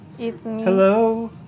Hello